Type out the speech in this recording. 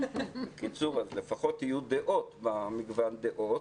בקיצור, אז לפחות יהיו דעות במגוון דעות,